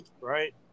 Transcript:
right